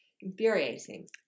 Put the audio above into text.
infuriating